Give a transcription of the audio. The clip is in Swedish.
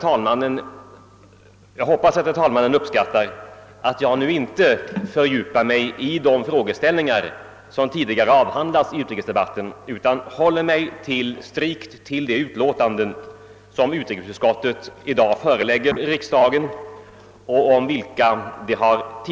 Jag hoppas att herr talmannen uppskattar att jag inte fördjupar mig i de olika frågeställningar som tidigare avhandlats i utrikesdebatten utan håller mig strikt till de utlåtanden, som utrikesutskottet förelägger riksdagen.